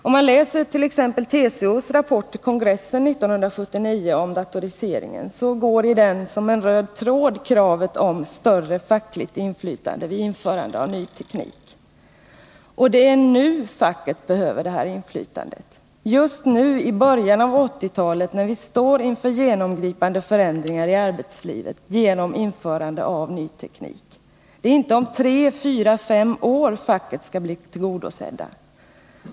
Om man t.ex. läser TCO:s rapport om datoriseringen till kongressen 1979 finner man att i den går som en röd tråd kravet om större fackligt inflytande vid införande av ny teknik. Och det är nu facket behöver detta inflytande, just nu i början av 1980-talet, när vi står inför genomgripande förändringar i arbetslivet genom införande av ny teknik. Det är inte om tre fyra fem år facket skall bli tillgodosett.